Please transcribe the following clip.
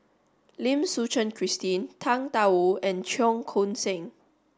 Lim Suchen Christine Tang Da Wu and Cheong Koon Seng